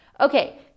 Okay